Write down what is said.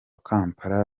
kampala